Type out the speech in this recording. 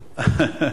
נכון.